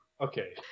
Okay